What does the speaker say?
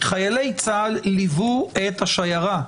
חיילי צה"ל ליוו את השיירה,